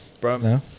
bro